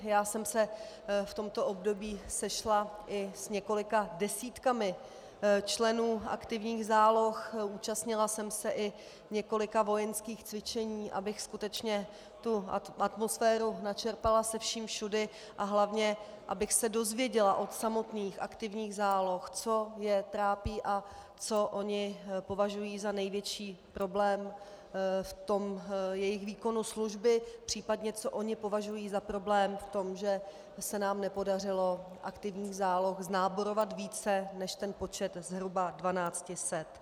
Já jsem se v tomto období sešla i s několika desítkami členů aktivních záloh, účastnila jsem se i několika vojenských cvičení, abych skutečně tu atmosféru načerpala se vším všudy a hlavně abych se dozvěděla od samotných aktivních záloh, co je trápí a co oni považují za největší problém v jejich výkonu služby, případně co oni považují za problém v tom, že se nám nepodařilo aktivních záloh znáborovat více než ten počet zhruba 1200.